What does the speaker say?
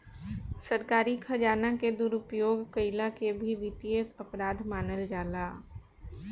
सरकारी खजाना के दुरुपयोग कईला के भी वित्तीय अपराध मानल जाला